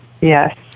Yes